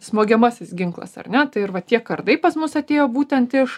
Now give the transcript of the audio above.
smogiamasis ginklas ar ne tai ir va tie kardai pas mus atėjo būtent iš